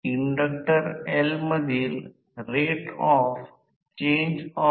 जर फक्त ते धरून ठेवले तर शिडी असे दिसते की ज्याला स्क्विरल केज म्हणतात